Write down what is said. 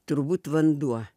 turbūt vanduo